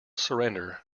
surrender